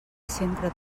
sempre